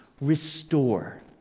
Restore